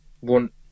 want